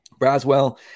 Braswell